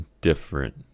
different